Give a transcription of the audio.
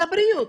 לבריאות.